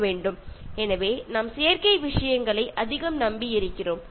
നമ്മൾ ഇപ്പോൾ ഒരുപാട് കാര്യങ്ങൾക്കു കൃത്രിമമായ കാര്യങ്ങളെ ആശ്രയിക്കുന്നുണ്ട്